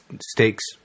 stakes